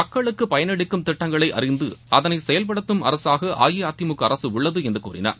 மக்களுக்கு பயனளிக்கும் திட்டங்களை அறிந்து அதனை செயல்படுத்தும் அரசாக அஇஅதிமுக அரசு உள்ளது என்று கூறினார்